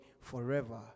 forever